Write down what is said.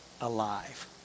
alive